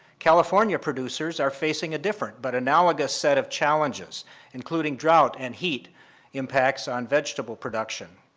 california producers are facing a different but analogous set of challenges including drought and heat impacts on vegetable production.